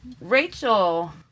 Rachel